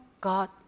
God